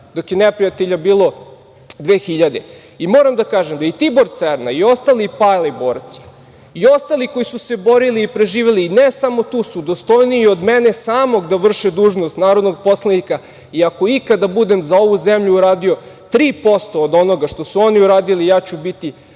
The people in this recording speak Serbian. dok je neprijatelja bilo dve hiljade. Moram da kažem da i Tibor Cerna i ostali pali borci i ostali koji su se borili i preživeli ne samo tu su dostojniji od mene samog da vrše dužnost narodnog poslanika i ako ikada budem za ovu zemlju uradio 3% od onoga što su oni uradili ja ću biti